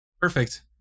Perfect